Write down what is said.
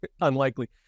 unlikely